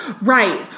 Right